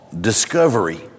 discovery